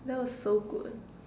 that was so good